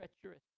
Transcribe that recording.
treacherous